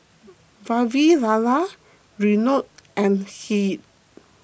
Vavilala Renu and Hri